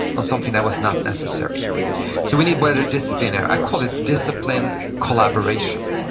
on something that was not necessary so we need better disciplinary, i call it disciplined collaboration,